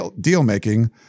deal-making